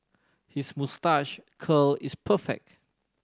his moustache curl is perfect